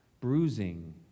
bruising